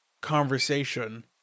conversation